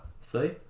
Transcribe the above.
See